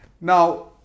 Now